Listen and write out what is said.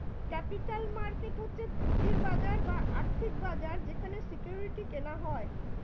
capital market হচ্ছে পুঁজির বাজার বা আর্থিক বাজার যেখানে সিকিউরিটি কেনা হয়